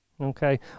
okay